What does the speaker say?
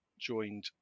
joined